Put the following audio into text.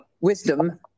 wisdom